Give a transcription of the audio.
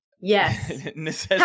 Yes